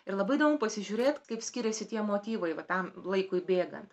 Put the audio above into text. ir labai įdomu pasižiūrėt kaip skiriasi tie motyvai va tam laikui bėgant